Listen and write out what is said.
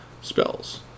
spells